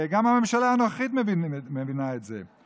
גם הממשלה הנוכחית מבינה את זה.